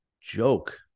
joke